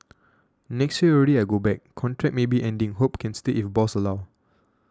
next year already I go back contract maybe ending hope can stay if boss allow